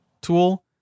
tool